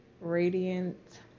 radiant